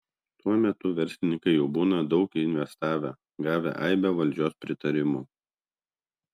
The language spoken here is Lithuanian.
tuo metu verslininkai jau būna daug investavę gavę aibę valdžios pritarimų